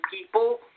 people